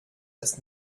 das